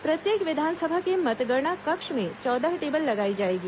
प्रत्येक विधानसभा के मतगणना कक्ष में चौदह टेबल लगाई जाएगी